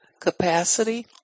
capacity